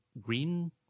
green